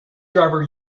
driver